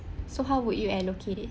so how would you allocate it